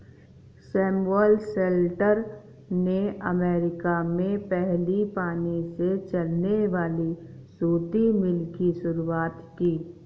Samuel Slater ने America में पहली पानी से चलने वाली सूती मिल की शुरुआत की